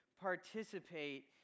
participate